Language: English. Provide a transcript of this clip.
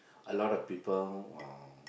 a lot of people uh